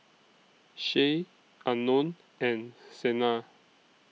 Shay Unknown and Sena